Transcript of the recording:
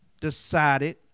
decided